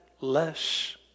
less